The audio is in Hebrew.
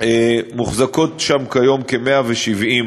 קיים וילון